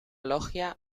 logia